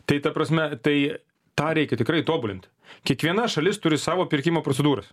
tai ta prasme tai tą reikia tikrai tobulint kiekviena šalis turi savo pirkimo procedūras